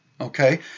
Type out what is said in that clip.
okay